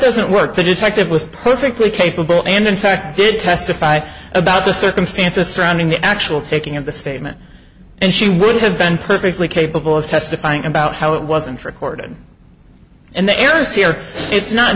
doesn't work the detective was perfectly capable and in fact did testify about the circumstances surrounding the actual taking of the statement and she would have been perfectly capable of testifying about how it wasn't for according and the errors here it's not